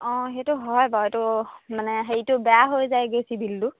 অঁ সেইটো হয় বাৰু এইটো মানে হেৰিটো বেয়া হৈ যায়গৈ চিভিলটো